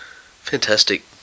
Fantastic